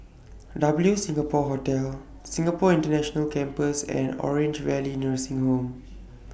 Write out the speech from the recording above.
W Singapore Hotel Singapore International Campus and Orange Valley Nursing Home